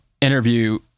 interview